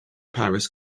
paris